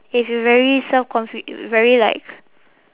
if you very self confi~ very like